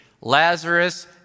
Lazarus